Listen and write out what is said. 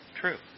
true